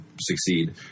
succeed